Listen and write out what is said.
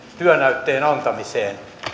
työnäytteen antamiseen